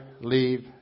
leave